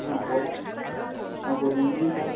हां बोला um good evening sir